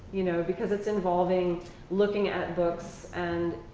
you know. because it's involving looking at books. and,